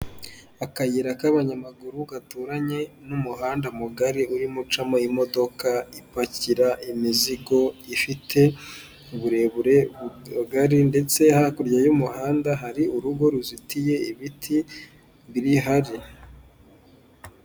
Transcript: Akayira k'abanyamaguru gaturanye n'umuhanda mugari urimo ucamo imodoka ipakira imizigo ifite uburebure bugari ndetse hakurya y'umuhanda hari urugo ruzitiye ibiti biri hanze.